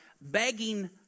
begging